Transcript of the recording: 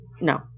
no